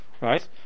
right